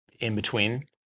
in-between